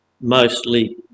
mostly